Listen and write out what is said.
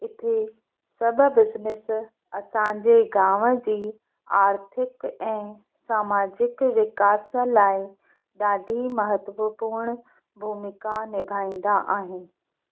हिते सभु बिजनेस असांजे गांव जी आर्थिक ऐं सामाजिक विकास लाए ॾाढी महत्वपूर्ण भूमिका निभाईंदा आहिन